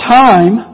time